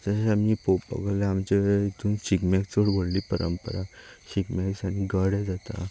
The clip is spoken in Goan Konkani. तशें आमी पळोवपाक गेल्यार आमचे हेतून शिगम्याक चड व्हडली परंपरा शिगम्या दिसांनी गडे जाता